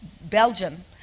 Belgium